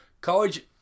college